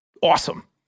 awesome